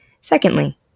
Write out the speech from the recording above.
Secondly